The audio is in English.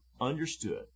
understood